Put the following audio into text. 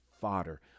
fodder